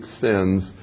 sins